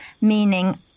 meaning